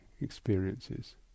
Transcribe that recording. experiences